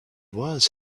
was